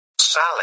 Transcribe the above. Sally